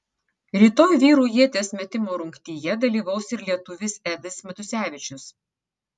rytoj vyrų ieties metimo rungtyje dalyvaus ir lietuvis edis matusevičius